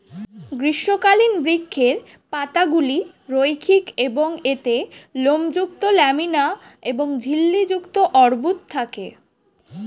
গ্রীষ্মকালীন বৃক্ষের পাতাগুলি রৈখিক এবং এতে লোমযুক্ত ল্যামিনা এবং ঝিল্লি যুক্ত অর্বুদ থাকে